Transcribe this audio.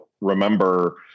remember